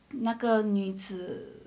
那个女子